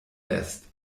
lässt